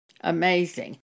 Amazing